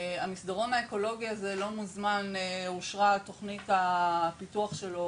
המסדרון האקולוגי הזה לא מזמן אושרה תכנית הפיתוח שלו,